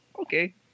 okay